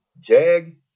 JAG